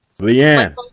Leanne